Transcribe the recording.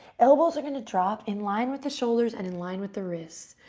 elbows are going to drop in line with the shoulders and in line with the wrists.